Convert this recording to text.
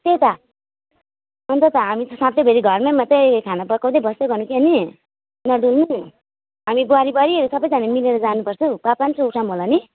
त्यही त अन्त त हामी त सधैँभरि घरमै मात्रै खाना पकाउँदै बस्दै गर्नु क्या नि नडुल्नु हामी बुहारी बुहारीहरू सबैजना मिलेर जानुपर्छ हौ पा पाँच सौ उठाउँ होला नि